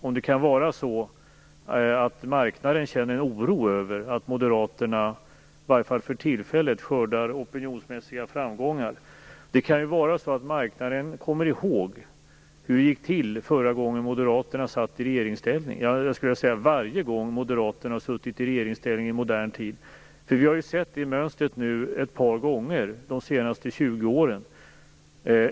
Det kanske kan vara så att marknaden känner en oro över att Moderaterna i varje fall för tillfället skördar opinionsmässiga framgångar. Marknaden kan ju komma ihåg hur det har gått till varje gång i modern tid som Moderaterna har suttit i regeringsställning. Vi har ju sett mönstret ett par gånger de senaste 20 åren.